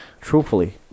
Truthfully